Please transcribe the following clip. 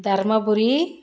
Dharmapuri